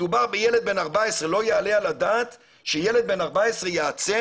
מדובר בילד בן 14. לא יעלה על הדעת שילד בן 14 ייעצר